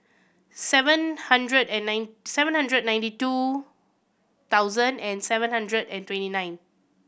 seven hundred and nine seven hundred and ninety two thousand and seven hundred and twenty nine